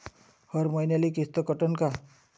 हर मईन्याले किस्त कटन का?